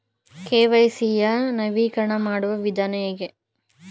KYC ಯ ನವೀಕರಣ ಮಾಡುವ ವಿಧಾನ ಹೇಗೆ?